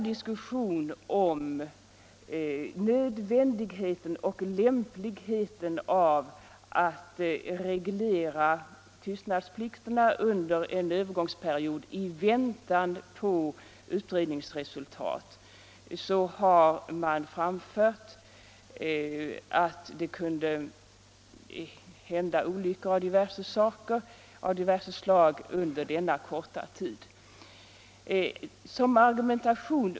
I diskussionen om nödvändigheten och lämpligheten av att under en övergångsperiod i väntan på utredningsresultat reglera tystnadsplikterna har man framhållit att det kunde hända olyckor av diverse slag under denna korta tid.